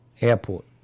airport